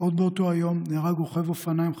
עוד באותו היום נהרג רוכב אופניים חשמליים,